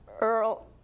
Earl